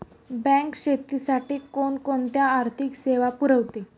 Bank शेतीसाठी कोणकोणत्या आर्थिक सेवा पुरवते?